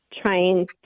trying